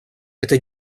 это